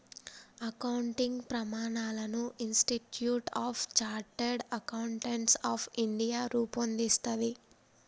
accounting ప్రమాణాలను Institute of Chartered Accountants of India రూపొందిస్తది